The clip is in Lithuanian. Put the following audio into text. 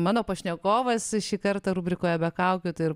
mano pašnekovas šį kartą rubrikoje be kaukių tai ir